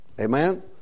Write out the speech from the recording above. Amen